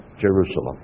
Jerusalem